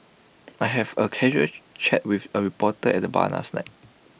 I have A casual chat with A reporter at the bar last night